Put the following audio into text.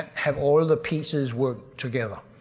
have all the pieces work together.